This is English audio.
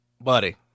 buddy